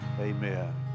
Amen